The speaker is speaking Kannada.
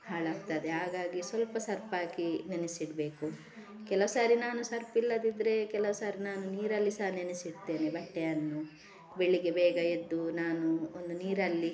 ಹಾಳಾಗ್ತದೆ ಹಾಗಾಗಿ ಸ್ವಲ್ಪ ಸರ್ಪ್ ಹಾಕಿ ನೆನೆಸಿಡಬೇಕು ಕೆಲವುಸಾರಿ ನಾನು ಸರ್ಪ್ ಇಲ್ಲದಿದ್ದರೆ ಕೆಲವುಸಾರಿ ನಾನು ನೀರಲ್ಲಿ ಸಹ ನೆನೆಸಿಡ್ತೇನೆ ಬಟ್ಟೆಯನ್ನು ಬೆಳಿಗ್ಗೆ ಬೇಗ ಎದ್ದು ನಾನು ಒಂದು ನೀರಲ್ಲಿ